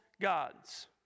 gods